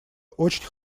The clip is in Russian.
очень